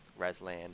Razlan